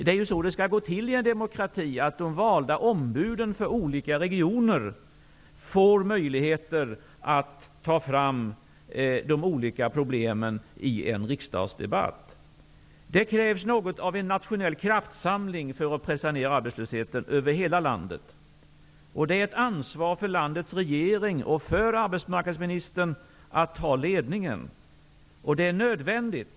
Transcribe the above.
Det är ju så det skall gå till i en demokrati -- att de valda ombuden för olika regioner får möjligheter att peka på de olika problemen i en riksdagsdebatt. Det krävs något av en nationell kraftsamling för att pressa ned arbetslösheten över hela landet. Och det är ett ansvar för landets regering och för arbetsmarknadsministern att ta ledningen; det är nödvändigt.